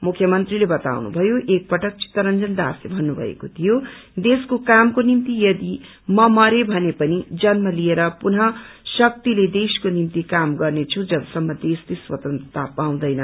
मुख्यमन्त्रीले बताउनुभयो एक पटक चितरंजन दासले भन्नुभएको थियो देशको कामको निम्ति यदि म मरे भने फेरि जन्म लिएर पूर्ण शक्तिले देशको निम्ति काम गर्नेछु जवसम्म देशले स्वतन्त्रता पाउँदैन